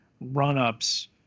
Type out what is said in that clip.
run-ups